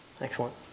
Excellent